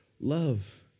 love